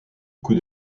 coup